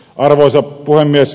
arvoisa puhemies